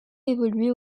évolué